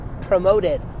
promoted